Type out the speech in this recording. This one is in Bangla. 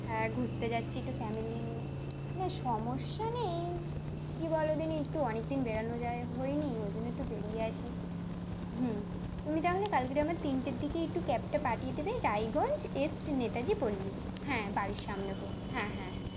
হ্যাঁ ঘুরতে যাচ্ছি একটু ফ্যামিলি নিয়ে না সমস্যা নেই কী বলো দিন একটু অনেক দিন বেড়ানো টেড়ানো হয়নি ওই জন্য একটু বেরিয়ে আসি হুম তুমি তাহলে কালকে আমার তিনটের দিকে একটু ক্যাবটা পাঠিয়ে দেবে রায়গঞ্জ ইস্ট নেতাজি পল্লী হ্যাঁ বাড়ির সামনে বলো হ্যাঁ হ্যাঁ হ্যাঁ